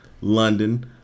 London